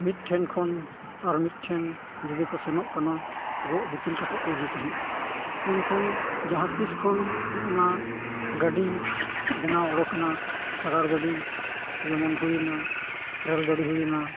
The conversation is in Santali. ᱢᱤᱫ ᱴᱷᱮᱱ ᱠᱷᱚᱱ ᱟᱨ ᱢᱤᱫ ᱴᱷᱮᱱ ᱡᱩᱫᱤ ᱠᱚ ᱥᱮᱱᱚᱜ ᱠᱟᱱᱟ ᱜᱚᱜ ᱫᱤᱯᱤᱞ ᱠᱟᱛᱮᱫ ᱠᱚ ᱤᱫᱤ ᱛᱟᱦᱮᱱᱟ ᱢᱮᱱᱠᱷᱟᱱ ᱡᱟᱦᱟᱸ ᱛᱤᱥ ᱠᱷᱚᱱ ᱚᱱᱟ ᱜᱟᱹᱰᱤ ᱵᱮᱱᱟᱣ ᱩᱰᱳᱠ ᱮᱱᱟ ᱥᱟᱸᱜᱟᱲ ᱜᱟᱹᱰᱤ ᱡᱮᱢᱚᱱ ᱦᱩᱭᱱᱟ ᱨᱮᱹᱞ ᱜᱟᱹᱰᱤ ᱦᱩᱭᱱᱟ